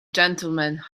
gentlemen